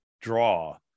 draw